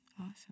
Awesome